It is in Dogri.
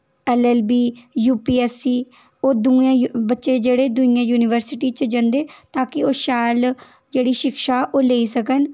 एलएलबी यूपीएससी ओह् दुऐ बच्चें जेह्ड़े दुइये यूनिवर्सिटी च जंदे ताकि ओह् शैल जेह्ड़ी शिक्षा ओह् लेई सकन